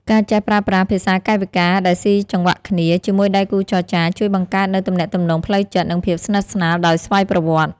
ការចេះប្រើប្រាស់ "ភាសាកាយវិការដែលស៊ីចង្វាក់គ្នា" ជាមួយដៃគូចរចា ជួយបង្កើតនូវទំនាក់ទំនងផ្លូវចិត្ត និងភាពស្និទ្ធស្នាលដោយស្វ័យប្រវត្តិ។